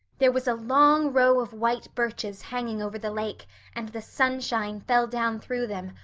there was a long row of white birches hanging over the lake and the sunshine fell down through them,